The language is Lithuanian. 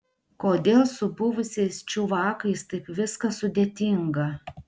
kodėl su buvusiais čiuvakais taip viskas sudėtinga